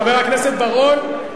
חבר הכנסת בר-און,